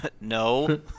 No